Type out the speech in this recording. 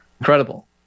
incredible